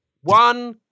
One